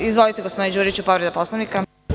Izvolite gospodine Đuriću, povreda Poslovnika.